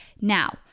Now